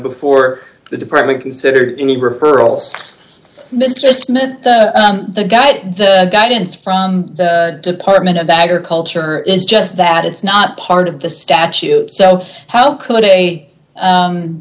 before the department considered any referrals mister smith the get the guidance from the department of agriculture is just that it's not part of the statute so how could a